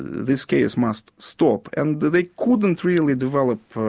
this case must stop and they couldn't really develop